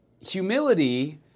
humility